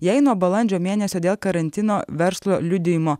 jei nuo balandžio mėnesio dėl karantino verslo liudijimo